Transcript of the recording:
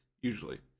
usually